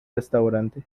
restaurante